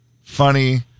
funny